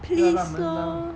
please lor